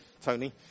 Tony